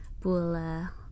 Bula